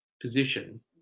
position